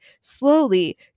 slowly